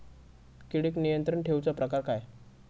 किडिक नियंत्रण ठेवुचा प्रकार काय?